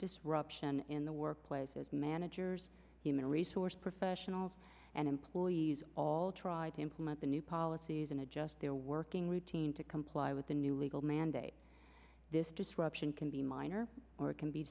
disruption in the workplace as managers human resource professionals and employees all try to implement the new policies and adjust their working routine to comply with the new legal mandate this disruption can be minor or it can be